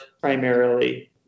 primarily